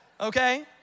okay